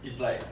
it's like